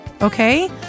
okay